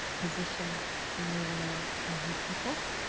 position in the world and her people,